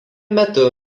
metu